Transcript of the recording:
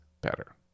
better